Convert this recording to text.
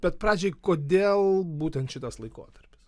bet pradžiai kodėl būtent šitas laikotarpis